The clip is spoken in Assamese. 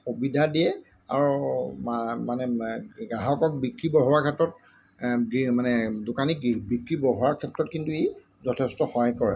সুবিধা দিয়ে আৰু মানে গ্ৰাহকক বিক্ৰী বঢ়োৱাৰ ক্ষেত্ৰত মানে দোকানীৰ বিক্ৰী বঢ়োৱাৰ ক্ষেত্ৰত কিন্তু ই যথেষ্ট সহায় কৰে